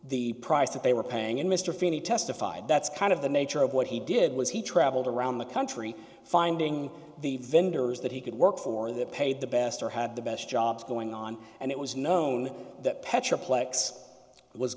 the price that they were paying and mr feeney testified that's kind of the nature of what he did was he traveled around the country finding the vendors that he could work for that paid the best or had the best jobs going on and it was known that petra plex was